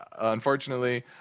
Unfortunately